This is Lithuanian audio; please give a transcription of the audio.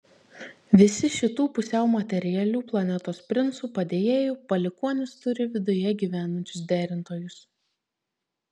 visi šitų pusiau materialių planetos princų padėjėjų palikuonys turi viduje gyvenančius derintojus